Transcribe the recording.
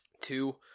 two